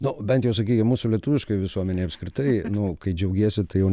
nu bent jau sakykim mūsų lietuviškoj visuomenėj apskritai nu kai džiaugiesi tai jau